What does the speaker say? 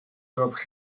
off